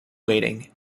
waiting